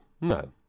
No